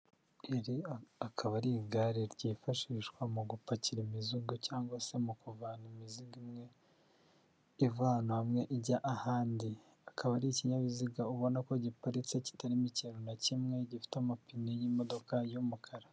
Iri akaba ari igare ryifashishwa mu gupakira imizingo cyangwa se mu kuvana imizigo imwe iva ahantu hamwe ijya ahandi, akaba ari ikinyabiziga ubona ko giparitse kitarimo ikintu na kimwe gifite amapine y'imodoka y'umukara.